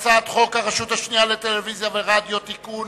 הצעת חוק הרשות השנייה לטלוויזיה ורדיו (תיקון,